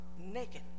naked